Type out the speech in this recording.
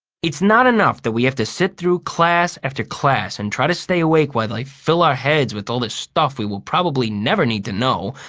it's not enough that we have to sit through class after class and try to stay awake while they fill our heads with all this stuff we will probably never need to know,